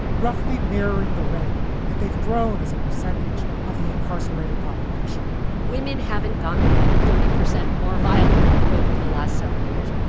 roughly mirroring the rate that they've grown as a percentage of the incarcerated population women haven't gotten thirty percent more violent over the last several years.